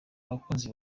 abakunzi